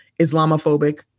islamophobic